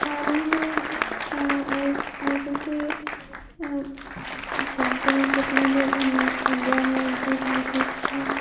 حال ہی میں I I C C championship میں بھی انڈیا نے جیت حاصل کیا